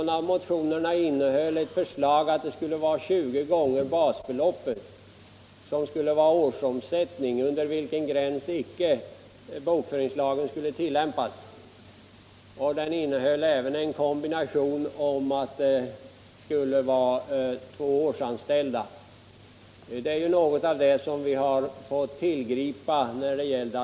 En av motionerna innehöll ett förslag innebärande att bokföringslagen icke skulle tillämpas på företag vilkas årsomsättning understiger 20 gånger basbeloppet och som har högst två helårsanställda.